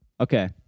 Okay